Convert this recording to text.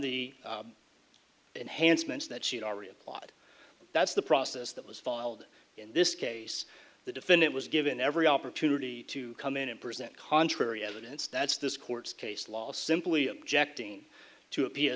the enhanced meant that she'd already applied that's the process that was filed in this case the defendant was given every opportunity to come in and present contrary evidence that's this court's case law simply objecting to